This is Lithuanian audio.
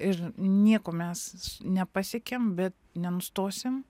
ir nieko mes nepasiekėm bet nenustosim